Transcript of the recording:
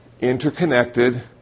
interconnected